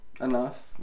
enough